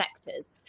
sectors